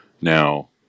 Now